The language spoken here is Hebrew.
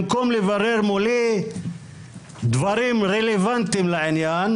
במקום לברר מולי דברים רלוונטיים לעניין,